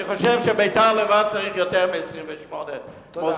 אני חושב שביתר לבד צריכה יותר מ-28 מוסדות.